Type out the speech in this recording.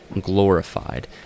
glorified